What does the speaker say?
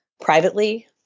privately